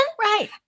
Right